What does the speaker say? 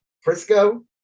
frisco